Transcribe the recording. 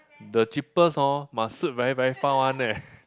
the cheapest hor must sit very very far one eh